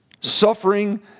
suffering